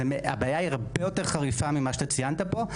הבעיה היא הרבה יותר חריפה ממה שאתה ציינת פה.